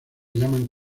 llaman